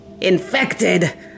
Infected